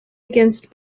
against